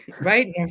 Right